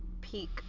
peak